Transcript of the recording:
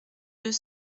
deux